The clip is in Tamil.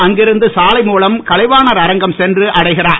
அங்கிருந்து சாலை மூலம் கலைவாணர் அரங்கம் சென்று அடைகிறார்